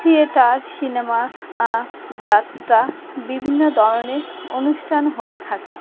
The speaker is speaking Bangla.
থিয়েটার সিনেমা যাত্রা বিভিন্ন ধরনের অনুষ্ঠান হয়ে থাকে